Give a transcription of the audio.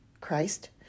Christ